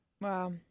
Wow